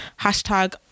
hashtag